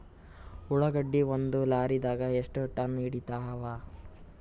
ಉಳ್ಳಾಗಡ್ಡಿ ಒಂದ ಲಾರಿದಾಗ ಎಷ್ಟ ಟನ್ ಹಿಡಿತ್ತಾವ?